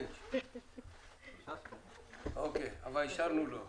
אבל אישרנו לו,